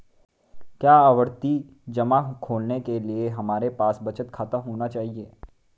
क्या आवर्ती जमा खोलने के लिए हमारे पास बचत खाता होना चाहिए?